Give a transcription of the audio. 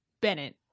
Bennett